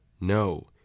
No